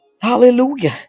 hallelujah